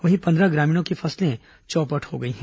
वहीं पन्द्रह ग्रामीणों की फसलें चौपट हो गई हैं